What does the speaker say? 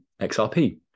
XRP